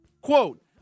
quote